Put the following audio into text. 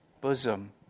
bosom